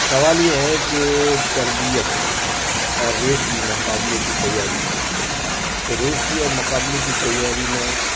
سوال یہ ہے کہ تربیت اور ریس کی مقابلے کی تیاری تو ریس کی اور مقابلے کی تیاری میں